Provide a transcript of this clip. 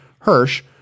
Hirsch